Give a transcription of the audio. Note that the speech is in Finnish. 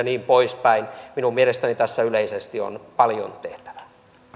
niin poispäin minun mielestäni tässä yleisesti on paljon tehtävää